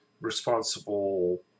responsible